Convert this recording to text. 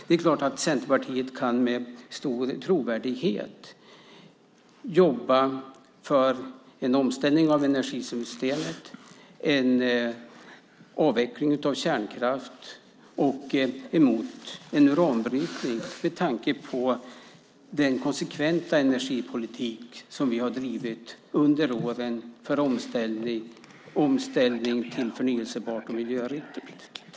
Det är klart att Centerpartiet med stor trovärdighet kan jobba för en omställning av energisystemet, för en avveckling av kärnkraft och mot en uranbrytning med tanke på den konsekventa energipolitik som vi har drivit under åren för omställning till förnybart och miljöriktigt.